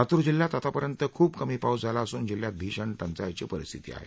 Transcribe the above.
लातूर जिल्ह्यात आतापर्यंत खूप कमी पाऊस झाला असून जिल्ह्यात भीषण टंचाईची परिस्थिती आहे